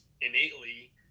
innately